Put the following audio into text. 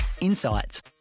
insights